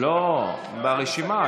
הוא ברשימה.